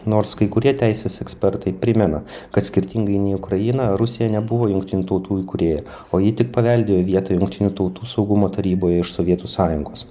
nors kai kurie teisės ekspertai primena kad skirtingai nei ukraina rusija nebuvo jungtinių tautų įkūrėja o ji tik paveldėjo vietą jungtinių tautų saugumo taryboje iš sovietų sąjungos